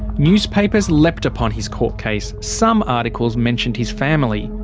newspapers leapt upon his court case. some articles mentioned his family.